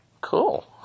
Cool